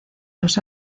los